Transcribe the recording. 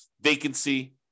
vacancy